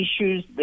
issues